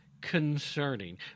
concerning